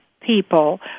people